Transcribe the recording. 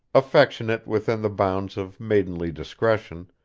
affectionate within the bounds of maidenly discretion,